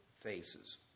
faces